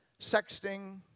sexting